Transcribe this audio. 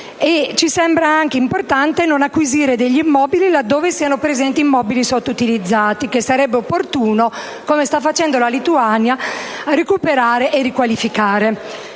Ci sembra altrettanto importante non acquisire immobili laddove siano presenti immobili sottoutilizzati, che sarebbe opportuno - come sta facendo la Lituania - recuperare e riqualificare.